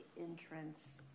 entrance